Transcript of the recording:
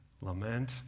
Lament